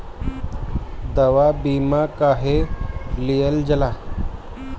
दवा बीमा काहे लियल जाला?